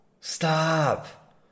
Stop